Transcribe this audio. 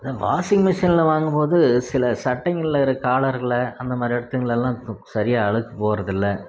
நான் வாஷிங்மிஷினில் வாங்கும்போது சில சட்டைங்களில் இருக்க காலரில் அந்த மாதிரி இடத்துங்கள்லலாம் சரியாக அழுக்கு போவதில்ல